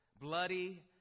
bloody